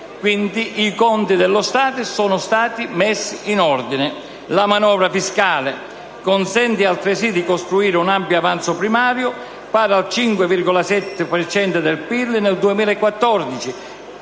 i conti dello Stato sono stati messi in ordine. La manovra fiscale consente altresì di ricostruire un ampio avanzo primario, pari al 5,7 per cento del PIL nel 2014,